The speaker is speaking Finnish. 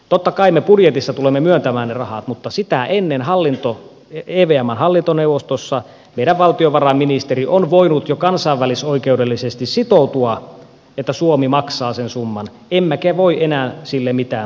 totta kai me budjetissa tulemme myöntämään ne rahat mutta sitä ennen evmn hallintoneuvostossa meidän valtiovarainministeri on voinut jo kansainvälisoikeudellisesti sitoutua siihen että suomi maksaa sen summan emmekä voi enää sille mitään tosiasiassa